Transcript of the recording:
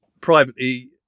privately